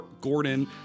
Gordon